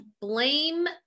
blame